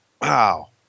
Wow